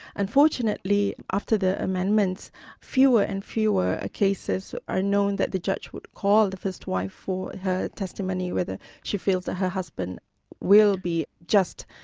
unfortunately after the amendments fewer and fewer ah cases are known that the judge would call the first wife for her testimony, whether she feels that her husband will be just,